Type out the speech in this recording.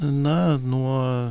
na nuo